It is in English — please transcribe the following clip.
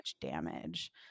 damage